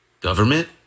government